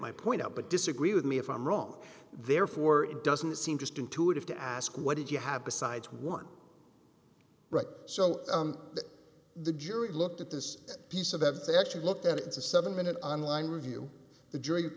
my point out but disagree with me if i'm wrong therefore it doesn't seem just intuitive to ask what did you have besides one right so that the jury looked at this piece of that they actually looked at it it's a seven minute online review the jury